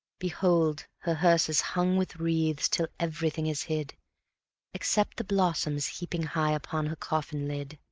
behold! her hearse is hung with wreaths till everything is hid except the blossoms heaping high upon her coffin lid.